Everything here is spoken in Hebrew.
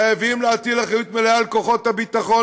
חייבים להטיל אחריות מלאה על כוחות הביטחון,